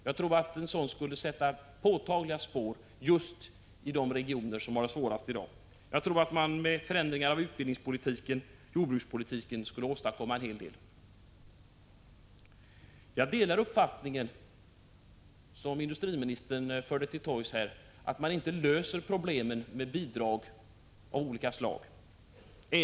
Jag tror att det skulle sätta påtagliga spår i just de regioner som i dag har det svårast. Genom förändringar av utbildningsoch jordbrukspolitiken skulle en hel del kunna åstadkommas. Jag delar också den uppfattning som industriministern här förde till torgs, nämligen att man inte löser problemen genom bidrag av olika slag.